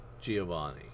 Giovanni